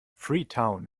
freetown